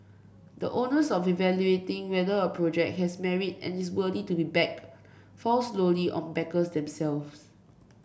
the onus of evaluating whether a project has merit and is worthy to be backed fall solely on backers themselves